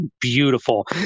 beautiful